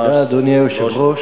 תודה, אדוני היושב-ראש.